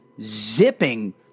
zipping